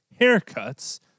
haircuts